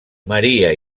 maria